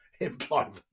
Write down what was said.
employment